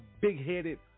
big-headed